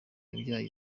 yabyaye